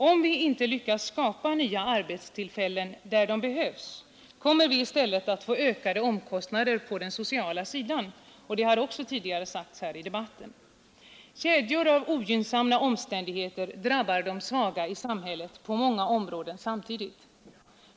Om vi inte lyckas skapa nya arbetstillfällen där de behövs, kommer vi i stället att få ökade omkostnader på den sociala sidan, såsom också har påpekats tidigare under debatten. Kedjor av ogynnsamma omständigheter drabbar de svaga i samhället på många områden samtidigt.